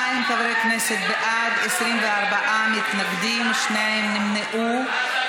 42 חברי כנסת בעד, 24 מתנגדים, שניים נמנעו.